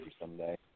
someday